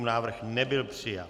Návrh nebyl přijat.